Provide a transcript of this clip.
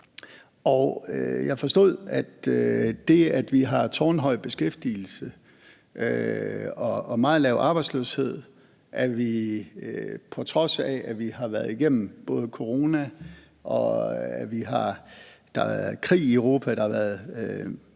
Jeg forstod, at det, at vi har tårnhøj beskæftigelse og meget lav arbejdsløshed, og det, at vi – på trods af at vi har været igennem både corona og at der er krig i Europa